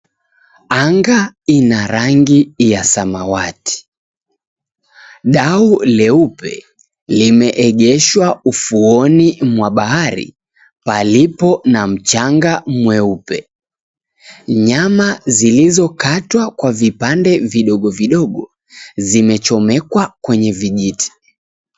Anga ina rangi ya samawati. Dau leupe limeegeshwa ufuoni mwa bahari palipo na mchanga mweupe. Nyama zilizokatwa kwa vipande vidogovidogo zimechomekwa kwenye vijiti.